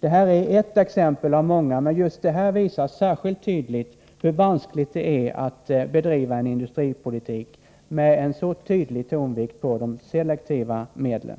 Detta är ett exempel bland många, men det visar särskilt tydligt hur vanskligt det är att bedriva en indusiripolitik med en så tydlig tonvikt på de selektiva medlen.